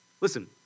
Listen